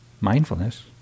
mindfulness